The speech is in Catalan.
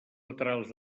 laterals